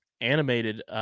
Animated